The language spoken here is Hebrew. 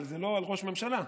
אבל זה לא לראשות ממשלה.